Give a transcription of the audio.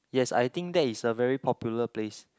yes I think that is a very popular place